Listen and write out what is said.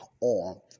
on